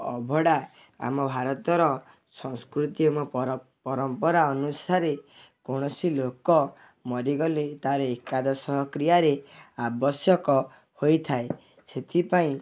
ଅଭଡ଼ା ଆମ ଭାରତର ସଂସ୍କୃତି ଏବଂ ପରମ୍ପରା ଅନୁସାରେ କୌଣସି ଲୋକ ମରିଗଲେ ତାର ଏକଦଶାହ କ୍ରିୟାରେ ଆବଶ୍ୟକ ହୋଇଥାଏ ସେଥିପାଇଁ